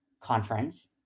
conference